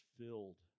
filled